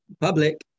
public